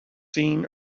seen